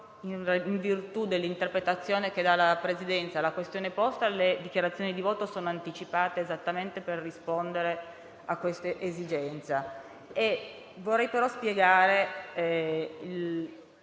in virtù dell'interpretazione che dà la Presidenza alla questione posta, le dichiarazioni di voto sono anticipate esattamente per rispondere a questa esigenza. Vorrei però spiegare